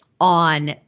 on